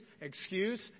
excuse